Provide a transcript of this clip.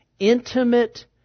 intimate